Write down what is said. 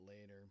later